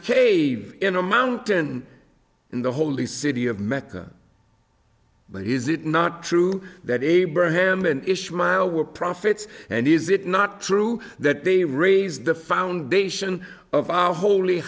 cave in a mountain in the holy city of mecca but he is it not true that abraham and ish mile were profits and is it not true that they raise the foundation of our holy